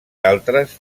altres